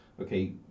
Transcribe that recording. Okay